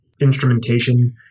instrumentation